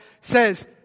says